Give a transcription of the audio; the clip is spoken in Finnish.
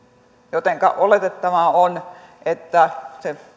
jotenka oletettavaa on että se